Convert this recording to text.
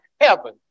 heaven